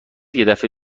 یدفعه